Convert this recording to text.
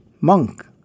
monk